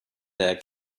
der